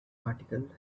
articles